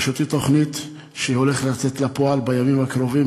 ברשותי תוכנית שתצא לפועל בימים הקרובים,